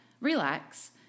relax